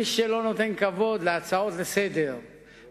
מי שלא נותן כבוד להצעות לסדר-היום